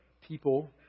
people